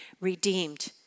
Redeemed